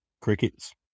Crickets